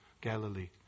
Galilee